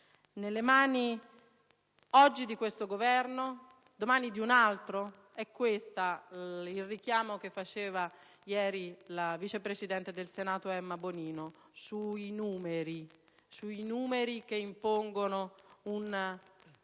Nelle mani oggi di questo Governo e domani di un altro? È questo il richiamo che faceva ieri la vice presidente del Senato Emma Bonino, sui numeri che tolgono un